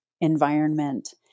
environment